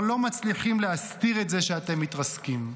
לא מצליחים להסתיר את זה שאתם מתרסקים.